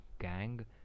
gang